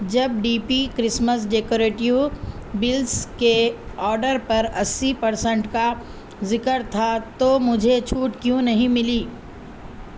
جب D P Christmas decorative bells کے order پر اَسی پرسینٹ کا ذکر تھا تو مجھے چُھوٹ کیوں نہیں مِلی